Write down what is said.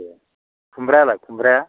ए खुमब्रायालाय खुमब्राया